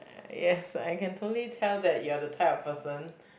yes I can totally tell that you are the type of person